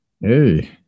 Hey